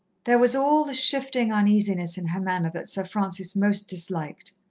there was all the shifting uneasiness in her manner that sir francis most disliked.